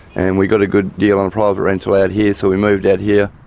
and we got a good deal on private rental out here, so we moved out here.